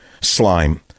slime